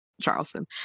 Charleston